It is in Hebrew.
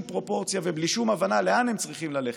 פרופורציה ובלי שום הבנה לאן הם צריכים ללכת,